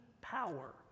power